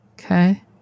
Okay